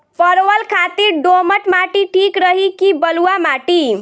परवल खातिर दोमट माटी ठीक रही कि बलुआ माटी?